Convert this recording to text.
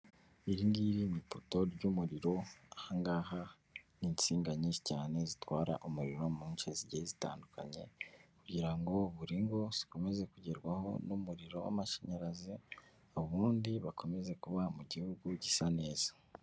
Iri ngiri ni ipoto ry'umuriro aha ngaha ni insinga nyinshi cyane zitwara umuriro mwinshi zigiye zitandukanye kugira ngo buri ngo zikomeze kugerwaho n'umuriro w'amashanyarazi, ubundi bakomeze kuba mu gihugu gisa neza.